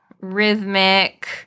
rhythmic